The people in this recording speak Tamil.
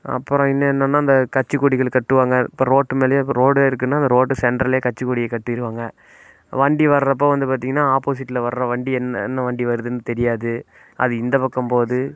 அப்புறம் இன்னும் என்னன்னா இந்த கட்சிக்கொடிகள் கட்டுவாங்க இப்போ ரோட்டு மேலேயே ரோடு இருக்குன்னா அந்த ரோட்டு சென்டர்லேயே கட்சிக்கொடியை கட்டிடுவாங்க வண்டி வர்றப்ப வந்து பார்த்திங்கன்னா ஆப்போசீட்டில் வர்ற வண்டி என்ன என்ன வண்டி வருதுன்னு தெரியாது அது இந்தப்பக்கம் போகுது